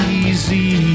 easy